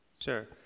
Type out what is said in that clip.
Sure